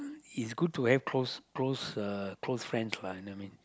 is good to have close close uh close friends lah you know what I mean